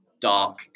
dark